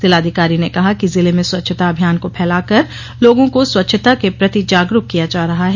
जिलाधिकारी ने कहा कि जिले में स्वच्छता अभियान को फैलाकर लोगों को स्वच्छता के प्रति जागरूक किया जा रहा है